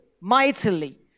mightily